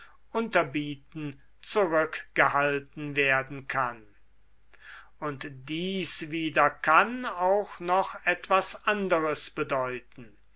unterbieten zurückgehalten werden kann und dies wieder kann auch noch etwas anderes bedeuten